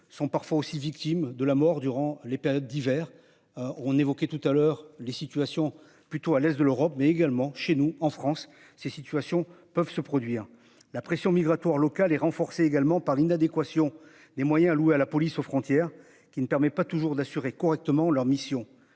sont parfois aussi victimes de la mort durant les périodes d'hiver. On évoquait tout à l'heure les situations plutôt à l'aise de l'Europe mais également chez nous en France ces situations peuvent se produire la pression migratoire locale et renforcé également par l'inadéquation des moyens alloués à la police aux frontières qui ne permet pas toujours d'assurer correctement leur mission.